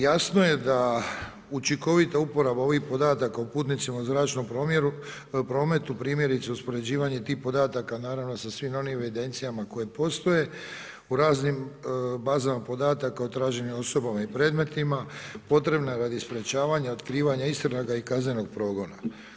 Jasno je da učinkovita uporaba ovih podataka o putnicima u zračnom prometu, primjerice uspoređivanje tih podataka sa svim onim evidencijama koje postoje u raznim bazama podataka o traženim osobama i predmetima potrebna je radi sprečavanja otkrivanja istraga i kaznenog progona.